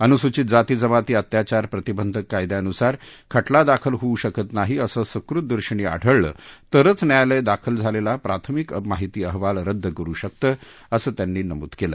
अनुसूचित जाती जमाती अत्याचार प्रतिबंधक कायद्यान्सार खटला दाखल होऊ शकत नाही असं सकृतदर्शनी आढळलं तरंच न्यायालय दाखल झालेला प्राथमिक माहिती अहवाल रद्द करू शकतं असं त्यांनी नमूद केलं